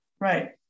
Right